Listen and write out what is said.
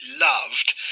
loved